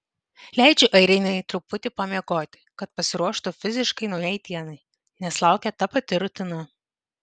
leidžiu airinei truputį pamiegoti kad pasiruoštų fiziškai naujai dienai nes laukia ta pati rutina